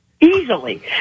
easily